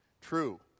true